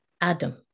Adam